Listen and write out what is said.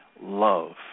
love